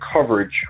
coverage